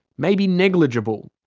maybe negligible.